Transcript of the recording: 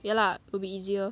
yeah lah will be easier